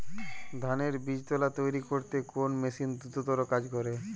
ধানের বীজতলা তৈরি করতে কোন মেশিন দ্রুততর কাজ করে?